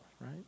right